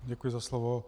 Děkuji za slovo.